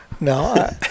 No